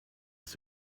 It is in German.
ist